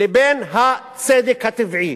לבין הצדק הטבעי.